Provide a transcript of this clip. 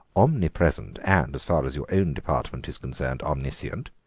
omnipresent, and, as far as your own department is concerned, omniscient?